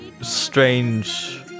strange